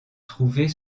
trouver